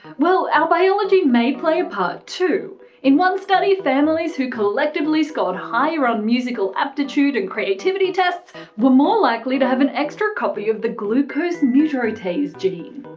well, our biology may play a part too in one study, families who collectively scored higher on musical aptitude and creativity tests were more likely to have an extra copy of the glucose mu-ta-ro-taze gene.